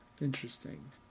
Interesting